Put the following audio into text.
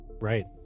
right